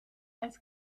als